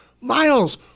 Miles